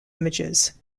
images